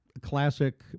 classic